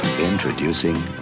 Introducing